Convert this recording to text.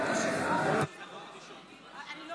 אינה